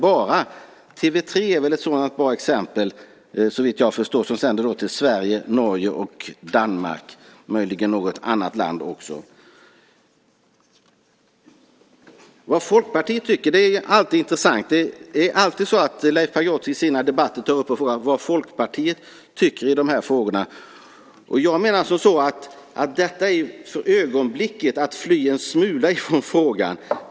TV 3 är ett sådant bra exempel som, såvitt jag förstår, sänder till Sverige, Norge och Danmark - möjligen något annat land också. Det är tydligen alltid intressant vad Folkpartiet tycker. Leif Pagrotsky tar alltid i sina debatter upp frågan om vad Folkpartiet tycker. Jag tycker att det för ögonblicket är att fly en smula ifrån frågan.